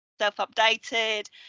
self-updated